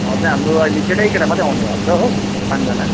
हजुर हाम्रो अहिले केटैकेटा मात्रै आउने यो हप्ता हो पाँचजना